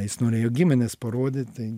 jis norėjo gimines parodyt tai